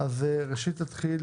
ראשית אתחיל